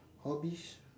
hobbies